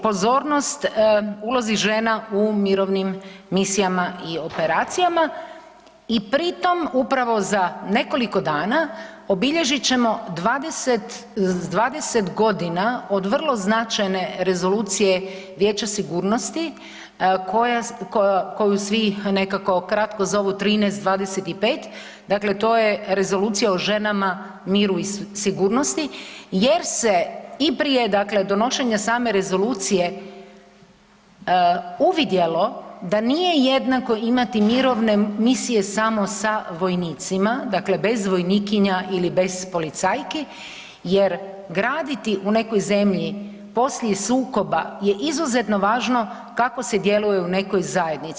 pozornost ulozi žena u mirovnim misijama i operacijama i pri tom upravo za nekoliko dana obilježit ćemo 20 godina od vrlo značajne rezolucije Vijeća sigurnosti koju svi nekako kratko zovu 1325, dakle to je Rezolucija o ženama, miru i sigurnosti jer se i prije donošenja same rezolucije uvidjelo da nije jednako imati mirovine misije samo sa vojnicima dakle bez vojnikinja ili bez policajki jer graditi u nekoj zemlji poslije sukoba je izuzetno važno kako se djeluje u nekoj zajednici.